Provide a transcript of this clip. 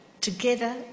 together